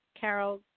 Carol